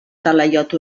talaiot